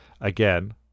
again